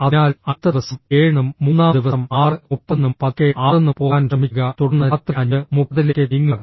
അതിനാൽ അടുത്ത ദിവസം 7 നും മൂന്നാം ദിവസം 630 നും പതുക്കെ 6 നും പോകാൻ ശ്രമിക്കുക തുടർന്ന് രാത്രി 530 ലേക്ക് നീങ്ങുക